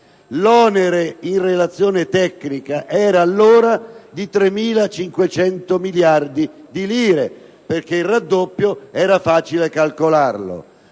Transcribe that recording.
L'onere in relazione tecnica era allora di 3.500 miliardi di lire perché il raddoppio era facile calcolarlo.